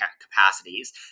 capacities